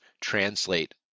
translate